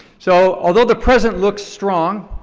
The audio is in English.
so although the present looks strong,